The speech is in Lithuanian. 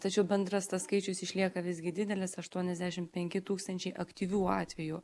tačiau bendras tas skaičius išlieka visgi didelis aštuoniasdešim penki tūkstančiai aktyvių atvejų